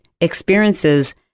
experiences